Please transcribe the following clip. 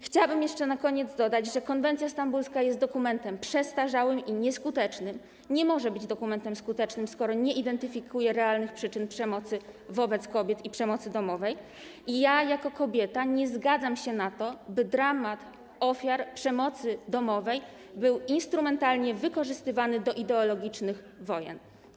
Chciałabym jeszcze na koniec dodać, że konwencja stambulska jest dokumentem przestarzałym i nieskutecznym, nie może być dokumentem skutecznym, skoro nie identyfikuje realnych przyczyn przemocy wobec kobiet i przemocy domowej, i ja jako kobieta nie zgadzam się na to, by dramat ofiar przemocy domowej był instrumentalnie wykorzystywany do ideologicznych wojen.